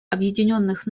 объединенных